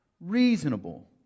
reasonable